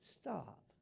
Stop